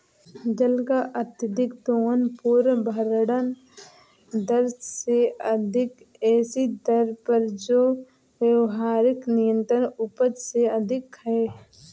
जल का अत्यधिक दोहन पुनर्भरण दर से अधिक ऐसी दर पर जो व्यावहारिक निरंतर उपज से अधिक है